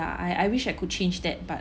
I I wish I could change that but